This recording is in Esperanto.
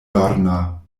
lorna